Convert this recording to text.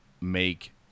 make